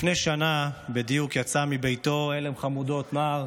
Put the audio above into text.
לפני שנה בדיוק יצא מביתו עלם חמודות, נער